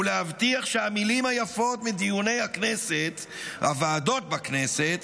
ולהבטיח שהמילים היפות מדיוני הוועדות בכנסת